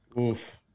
oof